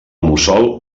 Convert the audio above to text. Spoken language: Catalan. mussol